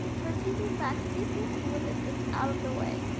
for keeping facts secret and witnesses out of the way.